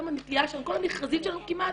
היום הנטייה שלנו, כל המכרזים שלנו כמעט,